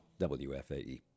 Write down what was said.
WFAE